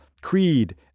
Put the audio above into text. creed